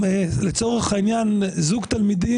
לצורך העניין, זוג,